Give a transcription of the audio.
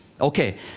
Okay